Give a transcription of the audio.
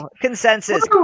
Consensus